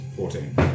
Fourteen